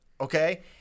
okay